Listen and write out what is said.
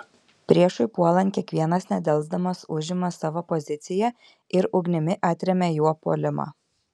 priešui puolant kiekvienas nedelsdamas užima savo poziciją ir ugnimi atremia jo puolimą